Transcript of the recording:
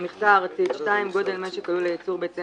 "מכסה ארצית גודל משק הלול לייצור ביצי